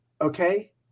okay